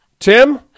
Tim